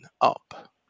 up